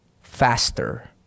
faster